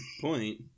point